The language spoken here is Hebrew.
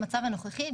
במצב הנוכחי,